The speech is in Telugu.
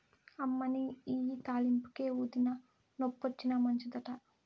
అమ్మనీ ఇయ్యి తాలింపుకే, ఊదినా, నొప్పొచ్చినా మంచిదట